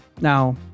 Now